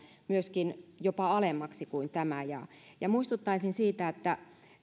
myöskin jopa alemmaksi kuin tämä muistuttaisin siitä että